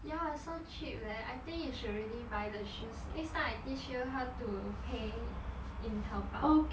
ya so cheap leh I think you should really buy the shoes next time I teach you how to pay in tao bao